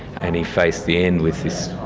and he faced the end with this,